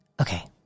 Okay